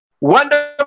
wonderful